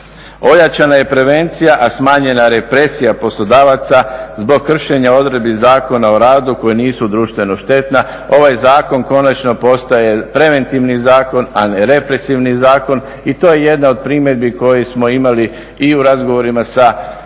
Ojačana je prevencija, a smanjena represija poslodavaca zbog kršenja odredbi Zakona o radu koja nisu društveno štetna. Ovaj zakon konačno postaje preventivni zakon, a ne represivni zakon i to je jedna od primjedbi koje smo imali i u razgovorima sa Europskom